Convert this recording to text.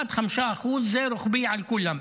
אחד, 5%, זה רוחבי על כולם,